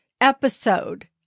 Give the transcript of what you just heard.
episode